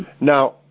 Now